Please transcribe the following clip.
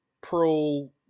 pro